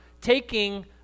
taking